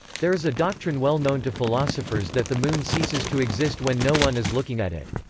there is a doctrine well known to philosophers that the moon ceases to exist when no one is looking at it.